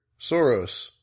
Soros